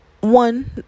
one